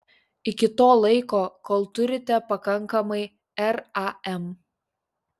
iki to laiko kol turite pakankamai ram